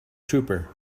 trooper